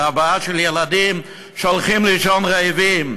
את ההבעה של ילדים שהולכים לישון רעבים,